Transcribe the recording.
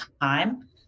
time